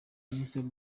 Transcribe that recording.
iminsi